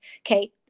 okay